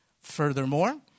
Furthermore